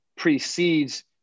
precedes